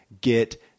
get